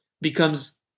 becomes